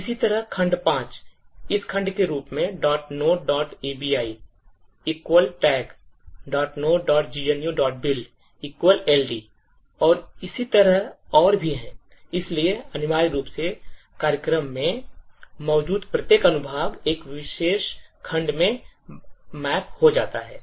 इसी तरह खंड 5 इस खंड के रूप में noteABI टैग notegnubuild LD और इसी तरह और भी है इसलिए अनिवार्य रूप से कार्यक्रम में मौजूद प्रत्येक अनुभाग एक विशेष खंड में मैप हो जाता है